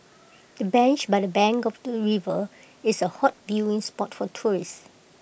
the bench by the bank of the river is A hot viewing spot for tourists